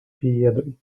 piedoj